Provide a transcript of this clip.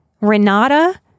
renata